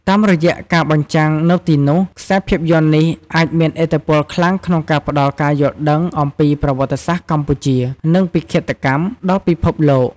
តាមរយៈការបញ្ចាំងនៅទីនោះ ខ្សែភាពយន្តនេះអាច មានឥទ្ធិពលខ្លាំងក្នុងការផ្ដល់ការយល់ដឹងអំពីប្រវត្តិសាស្ត្រកម្ពុជា និងពិឃាតកម្ម ដល់ពិភពលោក។